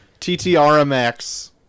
TTRMX